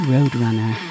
Roadrunner